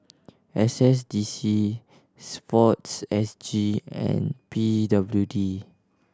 S S D C Sports S G and P W D